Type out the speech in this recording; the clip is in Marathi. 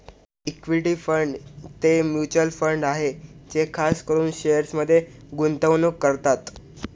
इक्विटी फंड ते म्युचल फंड आहे जे खास करून शेअर्समध्ये गुंतवणूक करतात